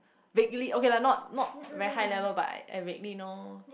vaguely okay lah not not very high level but I vaguely know